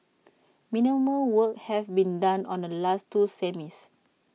minimal work had been done on the last two semis